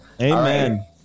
Amen